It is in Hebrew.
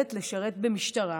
מסוגלת לשרת במשטרה